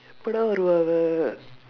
கூட ஒரு:kuuda oru uh